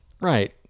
Right